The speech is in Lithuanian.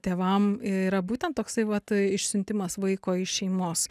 tėvam yra būtent toksai vat išsiuntimas vaiko iš šeimos